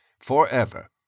forever